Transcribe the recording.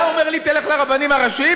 אתה אומר לי תלך לרבנים הראשיים?